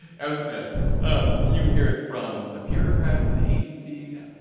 ah you know yeah um you hear it from the bureaucrats and the agencies.